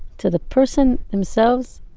to the person themselves,